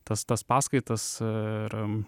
tas tas paskaitas ir